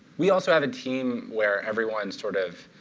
we also have a team where everyone sort of